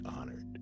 honored